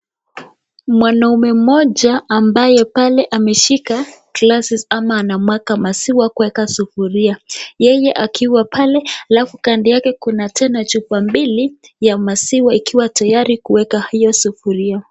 Mwanaume mmoja ambaye pale ameshika glasses ama ana mwaga maziwa kueka sufuria yeye akiwa pale alafu kando yake kuna tena chupa mbili za maziwa yakiwa tayari kuweka hiyo sufuria.